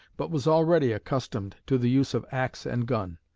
but was already accustomed to the use of axe and gun.